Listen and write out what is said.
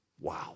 Wow